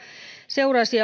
seurasi